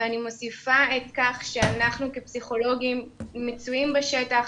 אני מוסיפה ואומרת שאנחנו כפסיכולוגים מצויים בשטח,